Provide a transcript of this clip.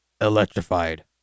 Electrified